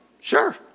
sure